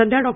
सध्या डॉ